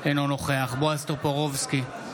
אינו נוכח בועז טופורובסקי,